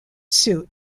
suit